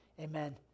amen